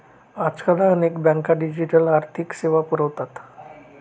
आजकाल अनेक बँका डिजिटल आर्थिक सेवा पुरवतात